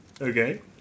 Okay